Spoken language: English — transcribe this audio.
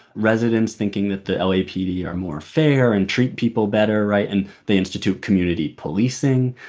residents thinking that the l. a. p. d. are more fair and treat people better, right? and they institute community policing.